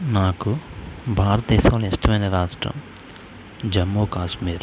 నాకు భారత దేశంలో ఇష్టమైన రాష్ట్రం జమ్మూకాశ్మీర్